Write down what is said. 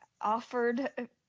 offered